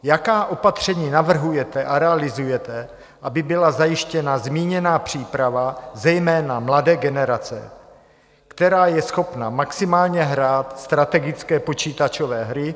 Jaká opatření navrhujete a realizujete, aby byla zajištěna zmíněná příprava, zejména mladé generace, která je schopna maximálně hrát strategické počítačové hry?